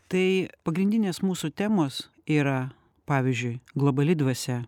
tai pagrindinės mūsų temos yra pavyzdžiui globali dvasia